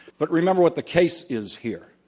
but remember what the case is here.